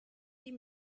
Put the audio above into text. die